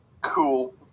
Cool